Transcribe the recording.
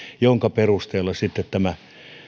jonka perusteella sitten tämä